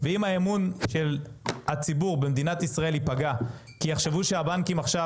ואם האמון של הציבור במדינת ישראל ייפגע כי יחשבו שהבנקים עכשיו